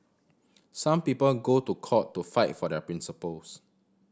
some people go to court to fight for their principles